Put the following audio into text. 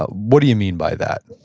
ah what do you mean by that?